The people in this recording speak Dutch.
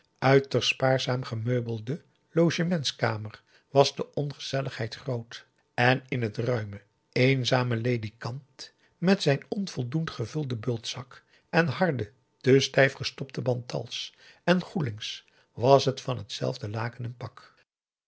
spaarzaam gemeubelde logementskamer was de ongezelligheid groot en in het ruime eenzame ledikant met zijn onvoldoend gevulden bultzak en harde te stijf gestopte bantals en goelings was het van t zelfde laken een pak